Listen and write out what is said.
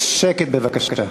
שקט בבקשה.